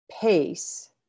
pace